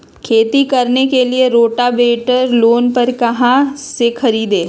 खेती करने के लिए रोटावेटर लोन पर कहाँ से खरीदे?